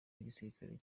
w’igisirikare